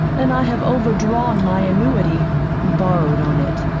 and i have overdrawn my annuity borrowed on it.